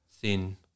thin